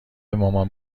مامان